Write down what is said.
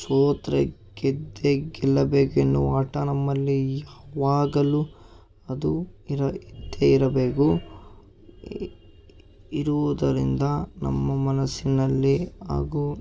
ಸೋತರೆ ಗೆದ್ದೇ ಗೆಲ್ಲಬೇಕೆನ್ನುವ ಅಟ ನಮ್ಮಲ್ಲಿ ಯಾವಾಗಲೂ ಅದು ಇರ ಇದ್ದೇ ಇರಬೇಕು ಇರುವುದರಿಂದ ನಮ್ಮ ಮನಸ್ಸಿನಲ್ಲಿ ಹಾಗು